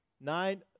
nine